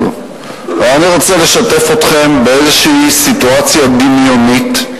ואני רוצה לשתף אתכם באיזושהי סיטואציה דמיונית.